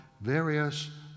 various